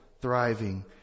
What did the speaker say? thriving